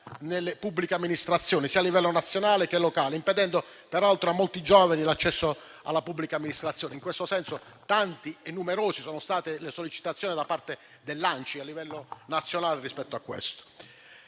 nelle pubbliche amministrazioni, sia a livello nazionale che locale, impedendo peraltro a molti giovani l'accesso alla pubblica amministrazione. In questo senso, tante e numerose sono state le sollecitazioni da parte dell'ANCI, a livello nazionale, rispetto a tale